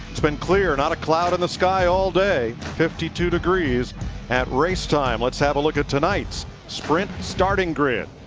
it's been clear, not a cloud in the sky all day. fifty two degrees at race time. let's take a look at tonight's sprint starting grid.